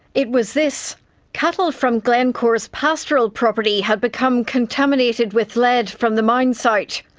it was this cattle from glencore's pastoral property had become contaminated with lead from the mine site.